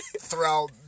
Throughout